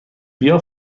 بیا